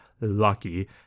lucky